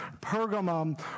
Pergamum